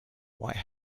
white